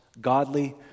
godly